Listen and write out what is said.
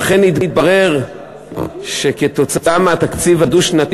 ואכן התברר שכתוצאה מהתקציב הדו-שנתי,